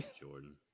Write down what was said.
Jordan